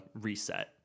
reset